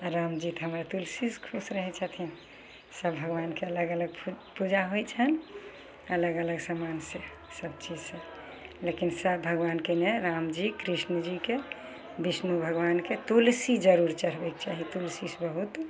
राम जीके हमर तुलसीसँ खुश रहय छथिन सब भगवानके अलग अलग पूजा होइ छनि अलग अलग सामानसँ सब चीजसँ लेकिन सब भगवानके नहि रामजी कृष्णजी के विष्णु भगवानके तुलसी जरूर चढ़बयके चाही तुलसीसँ बहुत